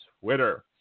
Twitter